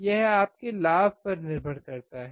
यह आपके लाभ पर निर्भर करता है